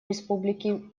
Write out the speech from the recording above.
республики